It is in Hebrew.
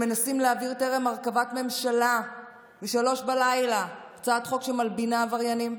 שמנסים להעביר טרם הרכבת ממשלה ב-03:00 הצעת חוק שמלבינה עבריינים.